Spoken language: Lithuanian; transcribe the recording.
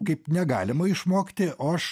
kaip negalima išmokti o aš